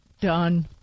Done